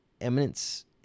Eminence